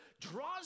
draws